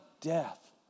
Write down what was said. death